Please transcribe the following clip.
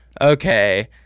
Okay